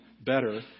better